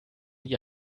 die